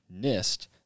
NIST